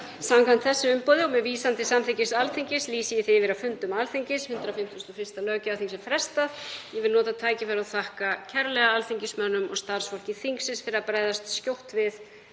Samkvæmt þessu umboði og með vísan til samþykkis Alþingis lýsi ég því yfir að fundum Alþingis, 151. löggjafarþings, er frestað. Ég vil nota tækifærið og þakka alþingismönnum og starfsfólki þingsins kærlega fyrir að bregðast skjótt við